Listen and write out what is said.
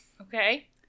Okay